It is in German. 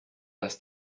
dass